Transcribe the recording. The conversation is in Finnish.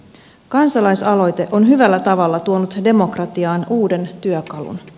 kansalaisaloite on hyvällä tavalla tuonut demokratiaan uuden työkalun